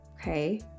okay